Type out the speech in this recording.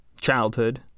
childhood